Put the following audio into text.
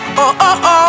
Oh-oh-oh